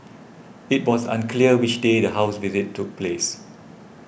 it was unclear which day the house visit took place